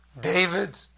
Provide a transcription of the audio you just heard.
David